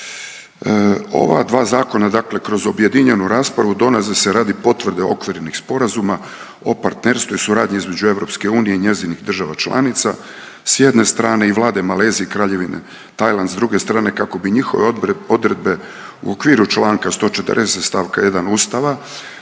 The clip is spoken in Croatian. Ova dva zakona, dakle kroz objedinjenju raspravu donose se radi potvrde okvirnih sporazuma o partnerstvu i suradnji između EU i njezinih država članica sa jedne strane i Vlade Malezije i Kraljevine Tajland s druge strane kako bi njihove odredbe u okviru članka 140. stavka 1. Ustava